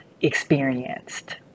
experienced